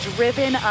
Driven